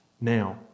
Now